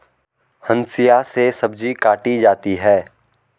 हंसिआ से सब्जी काटी जाती है